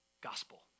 gospel